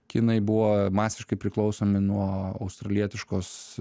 kinai buvo masiškai priklausomi nuo australietiškos